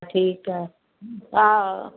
ठीकु आहे तव्हां